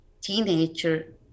teenager